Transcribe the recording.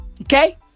Okay